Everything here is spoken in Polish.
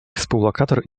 współlokator